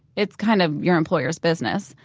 it's kind of your employer's business.